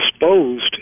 exposed